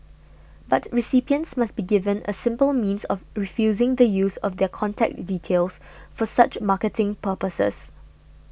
but recipients must be given a simple means of refusing the use of their contact details for such marketing purposes